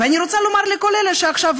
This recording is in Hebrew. ואני רוצה לומר לכל אלה שעכשיו,